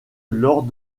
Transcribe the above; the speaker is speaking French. lors